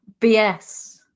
BS